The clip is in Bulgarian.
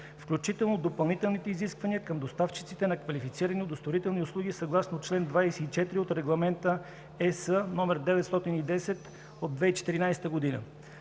включително допълнителните изисквания към доставчиците на квалифицирани удостоверителни услуги, съгласно чл. 24 от Регламента ЕС 910/2014 г.